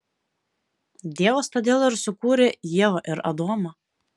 dievas todėl ir sukūrė ievą ir adomą